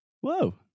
whoa